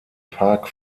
park